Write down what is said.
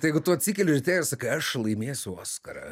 tai jeigu tu atsikeli ryte ir sakai aš laimėsiu oskarą